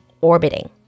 orbiting